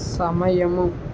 సమయము